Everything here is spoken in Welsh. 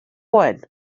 oen